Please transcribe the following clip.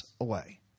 away